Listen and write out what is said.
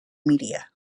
media